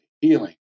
healing